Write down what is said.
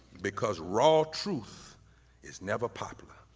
because raw truth is never popular,